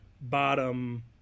bottom